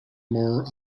more